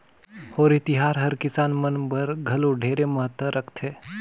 होरी तिहार हर किसान मन बर घलो ढेरे महत्ता रखथे